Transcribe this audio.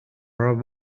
are